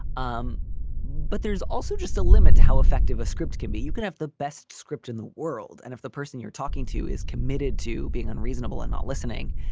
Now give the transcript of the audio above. um but there's also just a limit to how effective a script can be. you can have the best script in the world. and if the person you're talking to is committed to being unreasonable and not listening,